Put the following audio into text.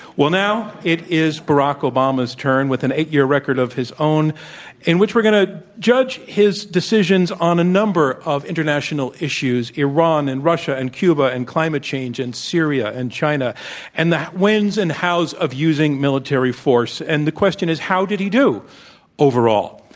well, now it is barack obama's turn with an eight-year record of his own in which we're going to judge his decisions on a number of international issues iran and russia and cuba and climate change and syria and china and the when's and how's of using military force. and the question is, how did he do overall?